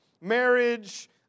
Marriage